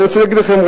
אני רוצה להגיד לכם,